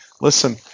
listen—